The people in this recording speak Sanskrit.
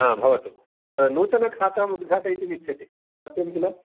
भवतु नूतनखातां उद्घाटयितुम् इच्छति सत्यं किल